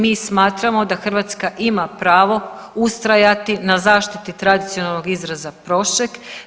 Mi smatramo da Hrvatska ima pravo ustrajati na zaštiti tradicionalnog izraza prošek.